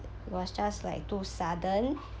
it was just like too sudden